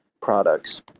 products